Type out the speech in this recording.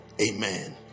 amen